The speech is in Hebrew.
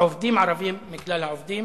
עובדים ערבים מכלל העובדים.